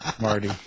Marty